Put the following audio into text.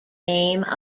name